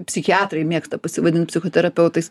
psichiatrai mėgsta pasivadint psichoterapeutais